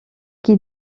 qui